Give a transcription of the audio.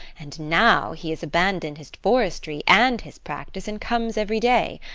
and now he has abandoned his forestry and his practice, and comes every day.